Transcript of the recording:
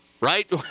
right